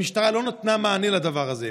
המשטרה לא נתנה מענה לדבר הזה.